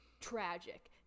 tragic